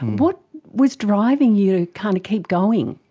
what was driving you to kind of keep going?